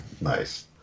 nice